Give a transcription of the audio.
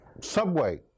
Subway